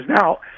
Now